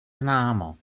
známo